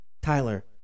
Tyler